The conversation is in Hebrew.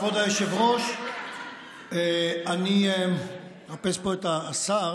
כבוד היושב-ראש, אני מחפש פה את השר,